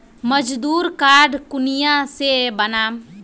मजदूर कार्ड कुनियाँ से बनाम?